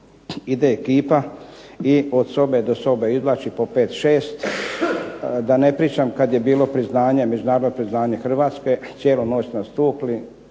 ide ekipa i od sobe do sobe izvlači po 5,6. Da ne pričam kad je bilo priznanje, međunarodno priznanje Hrvatske cijelu noć su nas tukli,